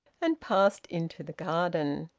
and passed into the garden.